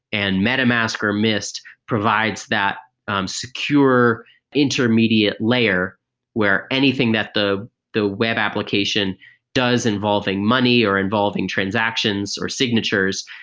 and metamask or mist provides that secure intermediate layer where anything that the the web application does involving money or involving transactions or signatures,